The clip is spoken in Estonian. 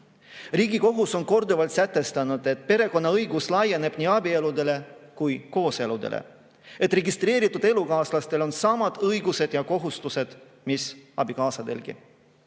Riigikohus on korduvalt öelnud, et perekonnaõigus laieneb nii abieludele kui ka kooseludele, et registreeritud elukaaslastel on samad õigused ja kohustused, mis abikaasadel.